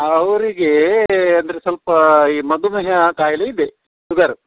ಅವ್ರಿಗೆ ಅಂದರೆ ಸ್ವಲ್ಪ ಈ ಮಧುಮೇಹ ಖಾಯಿಲೆ ಇದೆ ಶುಗರ್